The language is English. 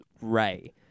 Ray